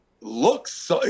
looks